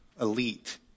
elite